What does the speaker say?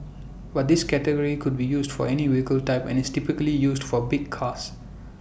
but this category could be used for any vehicle type and is typically used for big cars